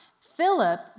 Philip